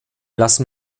lassen